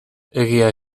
egia